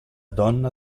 donna